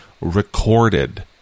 recorded